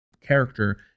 character